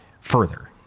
further